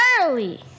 early